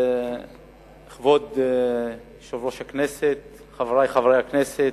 כבוד יושב-ראש הכנסת, חברי חברי הכנסת,